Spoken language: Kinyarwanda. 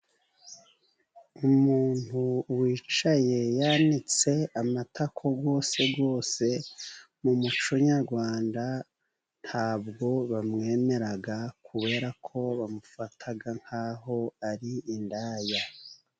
Umuntu wicaye yanitse amatako yose yose mu muco nyarwanda ntabwo bamwemera kubera ko bamufata nk'aho ari indaya.